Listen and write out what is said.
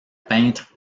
peintre